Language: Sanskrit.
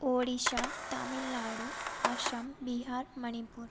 ओडिशा तमिल्नाडु आशं बिहार् मणिपुर्